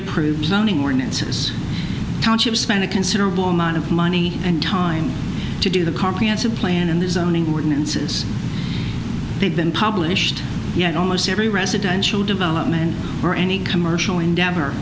approved zoning ordinances township spent a considerable amount of money and time to do the comprehensive plan and the zoning ordinances they've been published yet almost every residential development or any commercial endeavor